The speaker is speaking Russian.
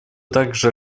также